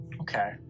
okay